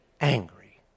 angry